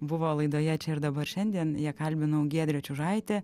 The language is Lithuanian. buvo laidoje čia ir dabar šiandien ją kalbinau giedrė čiužaitė